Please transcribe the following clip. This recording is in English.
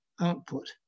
output